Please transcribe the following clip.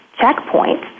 checkpoint